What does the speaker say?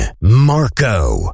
Marco